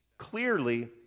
Clearly